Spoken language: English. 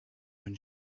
when